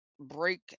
break